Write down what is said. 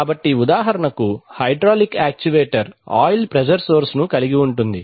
కాబట్టి ఉదాహరణకు hydraulic actuator oil pressure source కలిగి ఉంది